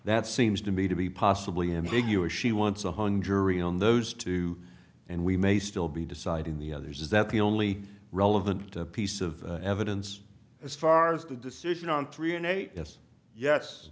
that seems to me to be possibly ambiguous she wants a hung jury on those two and we may still be deciding the others is that the only relevant piece of evidence as far as the decision on three hundred eight yes yes